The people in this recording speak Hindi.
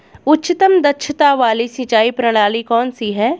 उच्चतम दक्षता वाली सिंचाई प्रणाली कौन सी है?